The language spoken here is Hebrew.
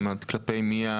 כלפי מי?